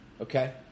Okay